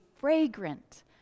fragrant